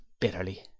bitterly